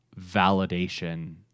validation